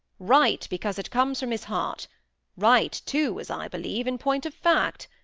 right, because it comes from his heart right, too, as i believe, in point of fact.